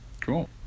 Cool